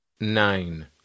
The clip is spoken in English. nine